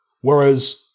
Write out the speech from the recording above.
Whereas